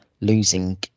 losing